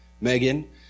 Megan